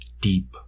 deep